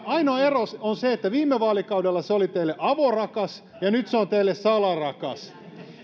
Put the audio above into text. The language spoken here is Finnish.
ainoa ero on se että viime vaalikaudella se oli teille avorakas ja nyt se on teille salarakas